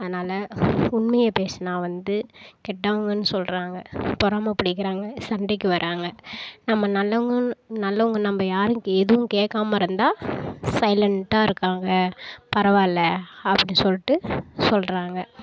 அதுனால் உண்மையை பேசுனால் வந்து கெட்டவங்கனு சொல்கிறாங்க பொறாமை பிடிக்கிறாங்க சண்டைக்கு வராங்க நம்ம நல்லவங்கன்னு நல்லவங்க நம்ம யாரையும் எதுவும் கேட்காம இருந்தால் சைலண்டாக இருக்காங்க பரவாய் இல்லை அப்படி சொல்லிட்டு சொல்கிறாங்க